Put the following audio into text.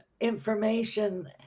information